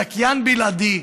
זכיין בלעדי,